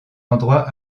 endroit